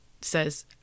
says